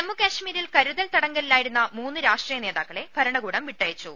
ജമ്മു കശ്മീരിൽ കരുതൽ തടങ്കലിലായിരുന്ന മൂന്ന് രാഷ്ട്രീയ നേതാക്കളെ ഭരണകൂടം വിട്ടയച്ചു